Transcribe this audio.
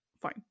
fine